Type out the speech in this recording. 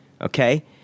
Okay